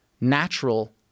natural